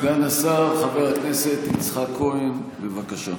סגן השר חבר הכנסת יצחק כהן, בבקשה.